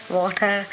water